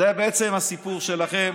זה בעצם הסיפור שלכם,